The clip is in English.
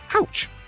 Ouch